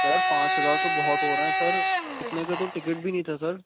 سر پانچ ہزار تو بہت ہو رہے ہیں سر اتنے کا تو ٹکٹ بھی نہیں تھا سر